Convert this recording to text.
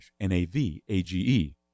N-A-V-A-G-E